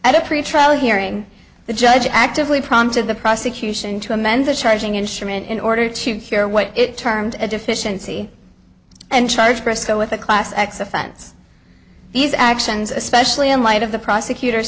at a pretrial hearing the judge actively prompted the prosecution to amend the charging instrument in order to share what it termed a deficiency and charge presto with a class x offense these actions especially in light of the prosecutor